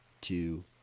two